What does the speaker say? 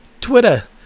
Twitter